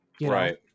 Right